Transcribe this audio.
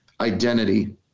identity